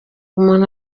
umuntu